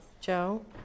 Joe